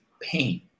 pain